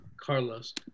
Carlos